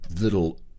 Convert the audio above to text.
little